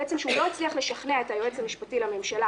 לא הצליח לשכנע את היועץ המשפטי לממשלה